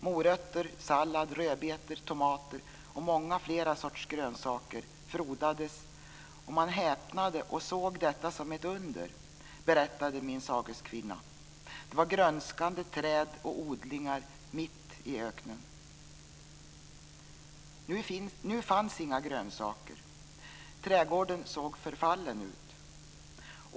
Morötter, sallad, rödbetor, tomater och många fler sorters grönsaker frodades, och man häpnade och såg detta som ett under, berättade min sageskvinna. Det var grönskande träd och odlingar mitt i öknen. Nu fanns inga grönsaker. Trädgården såg förfallen ut.